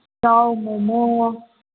ꯆꯧ momo